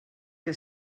que